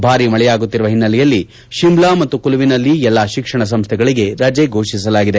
ಭಾರೀ ಮಳೆಯಾಗುತ್ತಿರುವ ಹಿನ್ನೆಲೆಯಲ್ಲಿ ಶಿಮ್ಲಾ ಮತ್ತು ಕುಲ್ಲುವಿನಲ್ಲಿ ಎಲ್ಲ ಶಿಕ್ಷಣ ಸಂಸ್ಥೆಗಳಿಗೆ ರಜೆ ಫೋಷಿಸಲಾಗಿದೆ